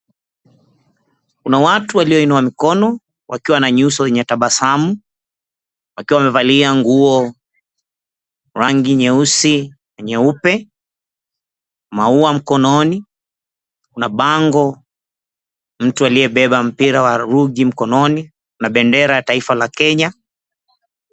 Kuna watu walioinua mikono wakiwa na nyuso yenye tabasamu wakiwa wamevalia nguo rangi nyeusi na nyeupe, maua mkononi. Kuna bango, mtu aliyebeba mpira wa rugi mkononi na bendera ya taifa la Kenya.